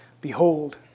Behold